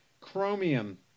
chromium